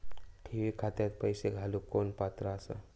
ठेवी खात्यात पैसे घालूक कोण पात्र आसा?